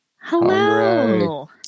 Hello